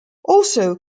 also